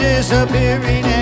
Disappearing